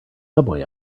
subway